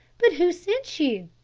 but who sent you?